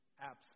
absent